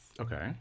Okay